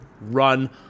run